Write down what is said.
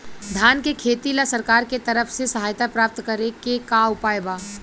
धान के खेती ला सरकार के तरफ से सहायता प्राप्त करें के का उपाय बा?